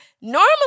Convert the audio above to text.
Normally